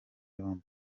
roma